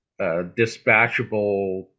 dispatchable